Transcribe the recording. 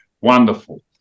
wonderful